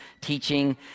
teaching